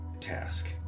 task